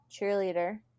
Cheerleader